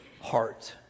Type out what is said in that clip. heart